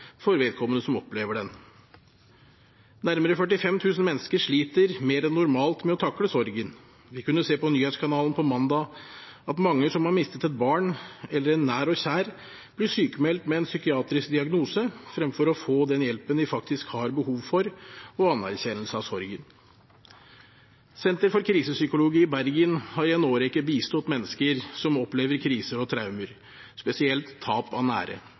for vedkommende som opplever den. Nærmere 45 000 mennesker sliter mer enn normalt med å takle sorgen. Vi kunne se på Nyhetskanalen på mandag at mange som har mistet et barn eller en nær og kjær, blir sykmeldt med en psykiatrisk diagnose fremfor å få den hjelpen de faktisk har behov for, og anerkjennelse av sorgen. Senter for Krisepsykologi i Bergen har i en årrekke bistått mennesker som opplever kriser og traumer, spesielt tap av nære.